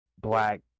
black